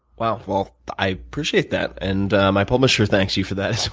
wow. well, i appreciate that, and my publisher thanks you for that as